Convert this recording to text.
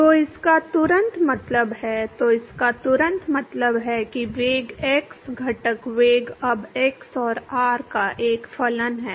तो इसका तुरंत मतलब है तो इसका तुरंत मतलब है कि वेग x घटक वेग अब x और r दोनों का एक फलन है